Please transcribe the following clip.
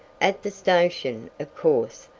at the station, of course,